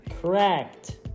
Correct